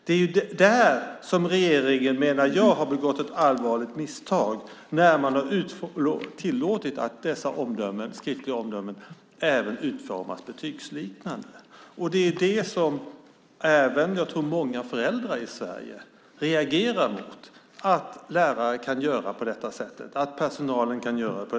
Det är när man har tillåtit att dessa skriftliga omdömen får en betygsliknande utformning som regeringen, menar jag, har begått ett allvarligt misstag. Det är vad många föräldrar i Sverige reagerar emot, det vill säga att lärare kan göra så.